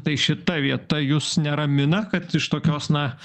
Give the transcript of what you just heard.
tai šita vieta jus neramina kad iš tokios na